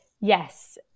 Yes